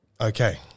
Okay